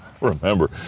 remember